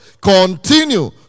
continue